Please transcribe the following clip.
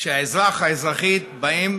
כשהאזרח והאזרחית באים